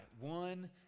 one